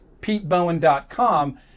petebowen.com